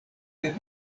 per